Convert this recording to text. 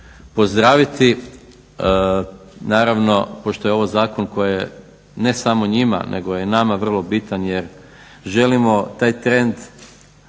pozdraviti. Naravno pošto je ovo zakon koji je ne samo njima, nego je nama vrlo bitan jer želimo taj trend